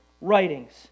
writings